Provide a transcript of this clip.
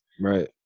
Right